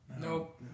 Nope